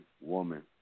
woman